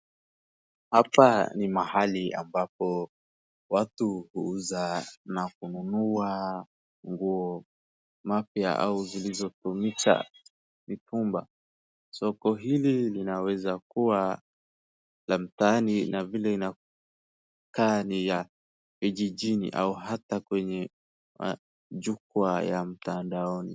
Hapa ni mahali ambapo watu uuza na kununua nguo mapya au zilizotumika mitumba, soko hili linaweza kuwa la mtaani na vile inakaa ni ya kijijini au hata kwenye jukwaa ya mtandaoni.